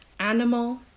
animal